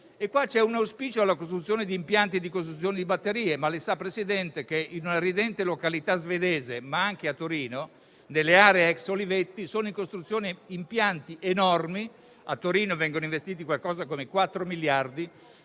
C'è qui un auspicio alla realizzazione di impianti di costruzione di batterie, ma lei sa, Presidente, che in una ridente località svedese, ma anche a Torino, nelle aree ex Olivetti sono in costruzione impianti enormi; a Torino vengono investiti circa 4 miliardi,